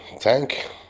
tank